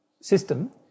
system